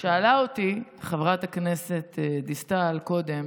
שאלה אותי חברת הכנסת דיסטל קודם,